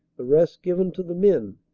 the rest given to the men.